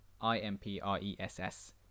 i-m-p-r-e-s-s